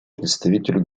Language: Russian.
представителю